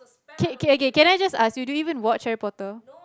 K K okay can I just ask you do you even watch Harry-Potter